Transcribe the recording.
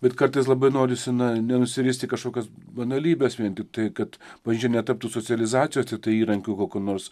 bet kartais labai norisi na nenusirist į kažkokias banalybes vien tik tai kad bažnyčia netaptų socializacijos tik tai įrankiu kokiu nors